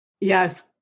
Yes